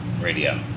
Radio